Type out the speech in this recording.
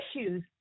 issues